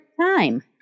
time